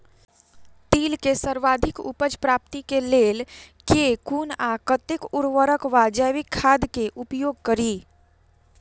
तिल केँ सर्वाधिक उपज प्राप्ति केँ लेल केँ कुन आ कतेक उर्वरक वा जैविक खाद केँ उपयोग करि?